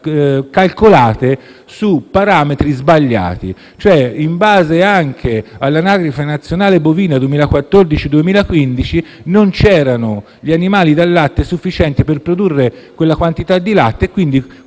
calcolate su parametri sbagliati. Infatti, in base anche all'anagrafe nazionale bovina 2014-2015 non c'erano infatti animali da latte sufficienti per produrre quella quantità di latte e quindi